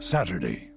Saturday